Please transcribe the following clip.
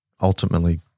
ultimately